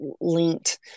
linked